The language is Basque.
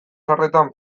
zaharretan